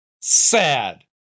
Sad